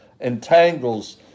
entangles